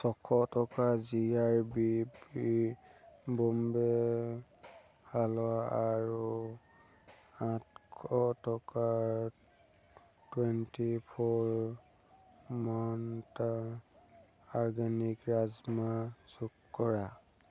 ছশ টকাৰ G R B Bombay halwa আৰু আঠশ টকাৰ twenty four Mantra organic rajma যোগ কৰা